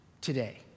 today